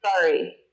Sorry